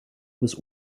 bis